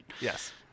Yes